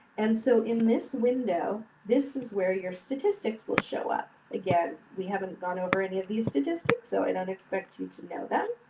and so, in this window, this is where your statistics will show up. again, we haven't gone over any of these statistics, so i don't expect you to know them.